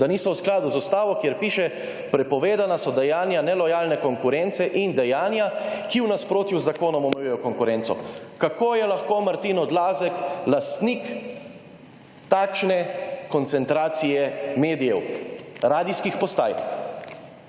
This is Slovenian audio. da niso v skladu z ustavo, kjer piše, »prepovedana so dejanja nelojalne konkurence in dejanja, ki v nasprotju z zakonom omejujejo konkurenco«. Kako je lahko Martin Odlazek lastnik takšne koncentracije medijev, radijskih postaj!